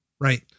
Right